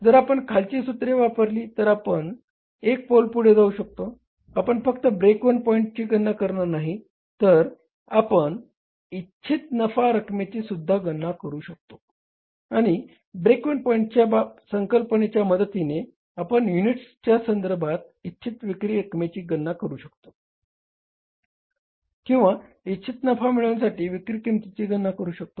जर आपण खालची सूत्रे वापरली तर आपण एक पाऊल पुढे जाऊ शकतो आपण फक्त ब्रेक इव्हन पॉईंटची गणना करणार नाहीत तर आपण इच्छित नफा रकमेचीसुद्धा गणना करू शकतो आणि ब्रेक इव्हन पॉईंटच्या संकल्पनेच्या मदतीने आपण युनिटच्या संधर्भात इच्छित विक्री रकमेची गणना करू शकतो किंवा इच्छित नफा मिळवण्यासाठी विक्री किंमतीची गणना करू शकतो